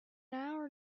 hour